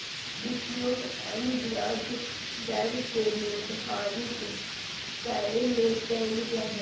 उपयोग अन्य ब्याज दर के निर्धारित करे ले कइल जा हइ